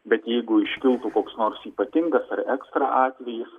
bet jeigu iškiltų koks nors ypatingas ar ekstra atvejis